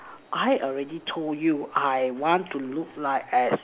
I already told you I want to look like as